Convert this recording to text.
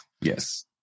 yes